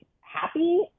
happy